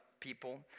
people